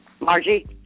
Margie